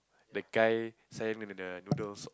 the guy selling the the noodles